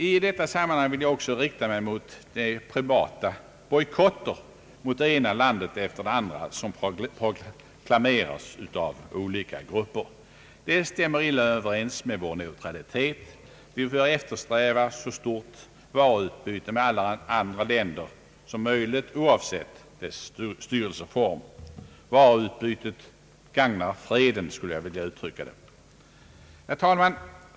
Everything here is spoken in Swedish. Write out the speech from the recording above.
: I detta sammanhang vill jag också rikta mig mot de privata bojkotter mot det ena landet efter det andra, som proklameras av olika grupper. De stämmer illa överens med vår neutralitet. Vi bör eftersträva ett stort varuutbyte med alla länder, oavsett deras styrelseform. Varuutbytet gagnar freden. Herr talman!